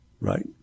Right